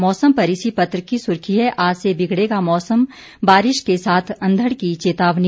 मौसम पर इसी पत्र की सुर्खी है आज से बिगड़ेगा मौसम बारिश के साथ अधंड़ की चेतावनी